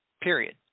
Period